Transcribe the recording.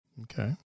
okay